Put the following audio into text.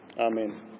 Amen